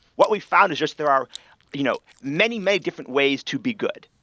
what we found is just there are you know many many different ways to be good.